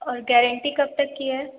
और गैरेंटी कब तक की है